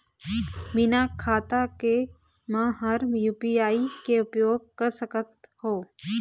बिना खाता के म हर यू.पी.आई के उपयोग कर सकत हो?